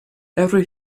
every